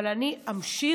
אבל אני אמשיך,